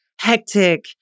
hectic